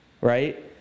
right